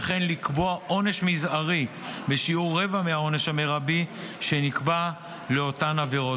וכן לקבוע עונש מזערי בשיעור רבע מהעונש המרבי שנקבע לאותן עבירות.